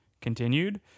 continued